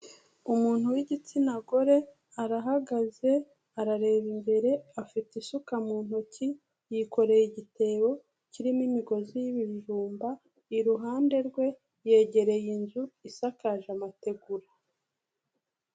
Umuntu w'igitsina gore arahagaze arareba imbere afite isuka mu ntoki yikoreye igitebo kirimo imigozi y'ibijumba iruhande rwe yegereye inzu isakaje amategura.